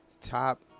Top